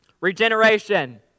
Regeneration